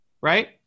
right